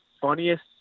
funniest